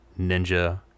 ninja